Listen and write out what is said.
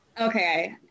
Okay